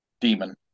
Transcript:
Demon